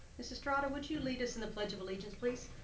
miss estrada, would you lead us in the pledge of allegiance, please?